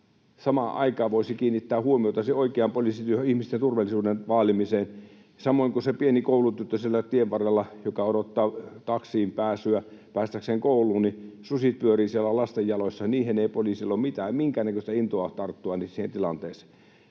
samaan aikaan voisi kiinnittää huomiota siihen oikeaan poliisityöhön, ihmisten turvallisuuden vaalimiseen, samoin kuin siihen pieneen koulutyttöön siellä tien varrella, joka odottaa taksiin pääsyä päästäkseen kouluun. Susi pyörii siellä lasten jaloissa, ja siihen tilanteeseen ei poliisilla ole minkäännäköistä intoa tarttua. Kaatolupaa